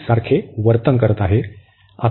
तर हे हे सारखे वर्तन करीत आहे